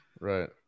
right